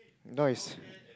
no is